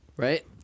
Right